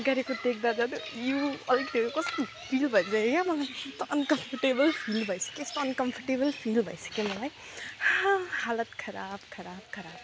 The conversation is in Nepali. गरेको देख्दा झन् यो अलिकति भए पनि कस्तो भइसक्यो क्या मलाई अनकम्फर्टेबल फिल भइसक्यो कस्तो अनकम्फर्टेबल फिल भइसक्यो मलाई हालत खराब खराब